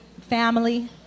family